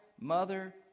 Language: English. mother